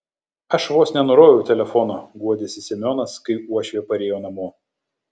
aš vos nenuroviau telefono guodėsi semionas kai uošvė parėjo namo